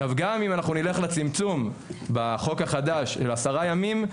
עכשיו גם אם אנחנו נלך לצמצום בחוק החדש של עשרה הימים.